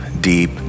deep